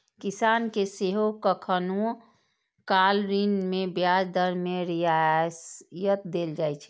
किसान कें सेहो कखनहुं काल ऋण मे ब्याज दर मे रियायत देल जाइ छै